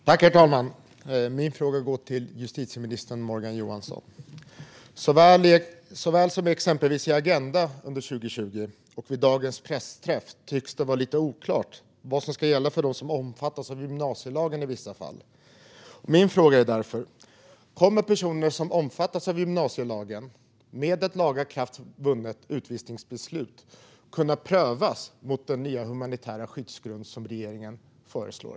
Herr talman! Min fråga går till justitieminister Morgan Johansson. Såväl i exempelvis Agenda under 2020 som vid dagens pressträff tycks det vara lite oklart vad som ska gälla för dem som omfattas av gymnasielagen i vissa fall. Min fråga är därför: Kommer personer som omfattas av gymnasielagen att med ett lagakraftvunnet utvisningsbeslut kunna prövas mot den nya humanitära skyddsgrund som regeringen föreslår?